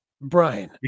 brian